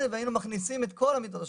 והיינו מכניסים את כל המיטות השחורות,